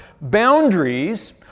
boundaries